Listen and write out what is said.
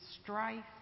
strife